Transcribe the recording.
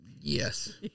Yes